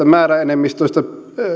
määräenemmistöistä